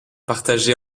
partagé